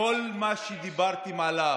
איך מתביישים, כי כל מה שדיברנו עליו